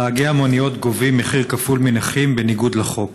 נהגי מוניות גובים מחיר כפול מנכים, בניגוד לחוק.